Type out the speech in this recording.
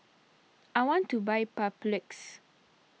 I want to buy Papulex